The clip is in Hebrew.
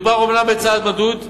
מדובר אומנם בצעד מדוד,